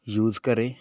use ਕਰੇ